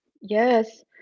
yes